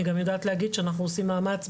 אני גם יודעת להגיד שאנחנו עושים מאמץ,